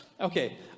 Okay